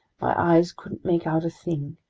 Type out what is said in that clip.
my eyes couldn't make out a thing.